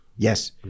Yes